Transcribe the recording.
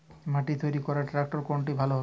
মাটি তৈরি করার ট্রাক্টর কোনটা ভালো হবে?